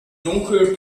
dunkel